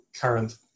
current